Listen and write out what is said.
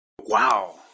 Wow